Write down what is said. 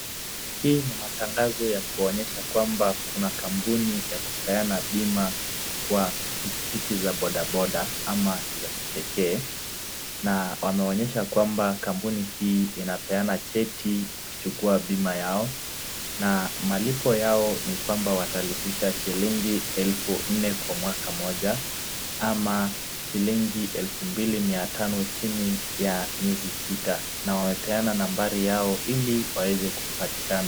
Hii ni matangazo ya kuonyesha kwamba kuna kampuni ya kupeana bima kwa pikipiki za bodaboda ama za kipekee, na wanaonyesha kwamba kampuni hii inapeana cheti kuchukua bima yao na malipo yao ni kwamba watalipisha shilingi elfu nne kwa mwaka moja ama shilingi elfu mbili na mia tano chini ya miezi sita na wameleana nambari yao ili waeze kupatikana.